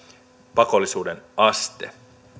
pakollisuuden aste